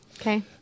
Okay